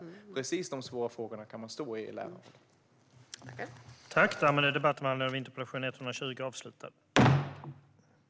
Det är precis dessa frågor man kan ställa sig i lärarrollen.